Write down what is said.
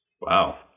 Wow